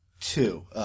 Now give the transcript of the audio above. two